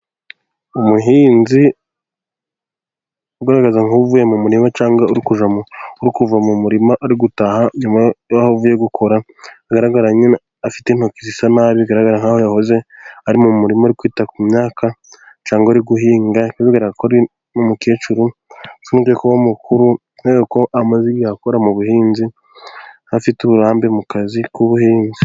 Umuhinzi ugaragaza nk'uvuye mu murima cyangwa uri kujya. kuva mu murima ari gutaha nyuma aho uvuye gukora agaragara afite intoki zisa nabi, bigaragara nkaho yahoze ari mu murimo uri kwita ku myaka cyangwa ari guhinga, n'umukecuru detse mukuru bigaragara ko amaze igihe akora mu buhinzi, afite uburambe mu kazi k'ubuhinzi.